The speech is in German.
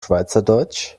schweizerdeutsch